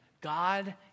God